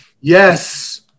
Yes